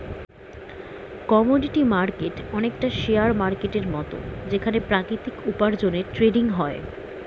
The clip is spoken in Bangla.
কমোডিটি মার্কেট অনেকটা শেয়ার মার্কেটের মত যেখানে প্রাকৃতিক উপার্জনের ট্রেডিং হয়